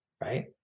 right